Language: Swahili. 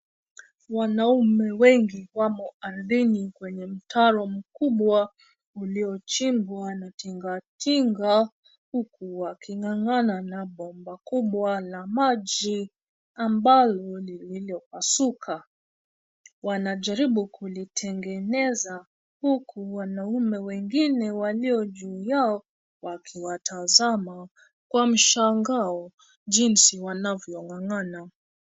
Wanaume wengi wamo ardhini kwenye mtaro mkubwa, uliochimbwa na tingatinga huku wakingangana na bomba kubwa la maji ambalo lilopasuka. Wanajaribu kulitengeneza huku wanaume wengine walio juu yao, wakiwatazama kwa mshangao jinsi wanavyongangana.